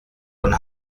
und